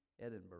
Edinburgh